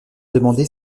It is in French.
demandé